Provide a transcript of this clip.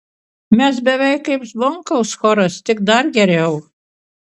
mes beveik kaip zvonkaus choras tik dar geriau